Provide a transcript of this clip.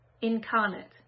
incarnate